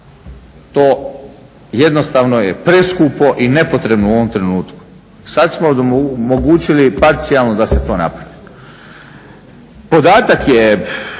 To jednostavno je preskupo i nepotrebno u ovom trenutku. Sad smo omogućili parcijalno da se to napravi. Podatak je